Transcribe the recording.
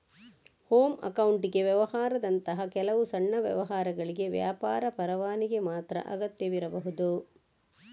home accounting ವ್ಯವಹಾರದಂತಹ ಕೆಲವು ಸಣ್ಣ ವ್ಯವಹಾರಗಳಿಗೆ ವ್ಯಾಪಾರ ಪರವಾನಗಿ ಮಾತ್ರ ಅಗತ್ಯವಿರಬಹುದು